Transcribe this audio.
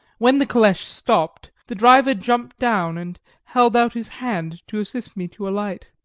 when the caleche stopped, the driver jumped down and held out his hand to assist me to alight.